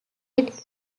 red